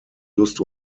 lust